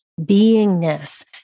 beingness